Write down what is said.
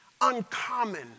uncommon